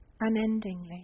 unendingly